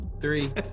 three